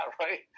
right